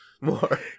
more